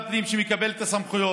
סמכויות,